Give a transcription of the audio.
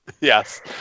Yes